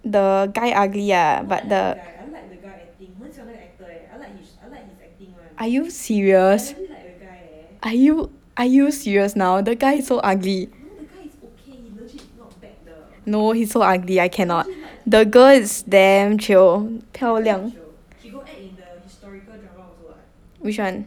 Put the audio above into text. the guy ugly ah but the are you serious are you are you serious now the guy is so ugly no he so ugly I cannot the girl is damn chio 漂亮 which one